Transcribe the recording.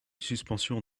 suspension